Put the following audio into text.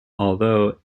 although